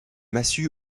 massue